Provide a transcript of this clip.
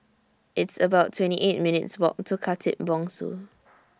It's about twenty eight minutes' Walk to Khatib Bongsu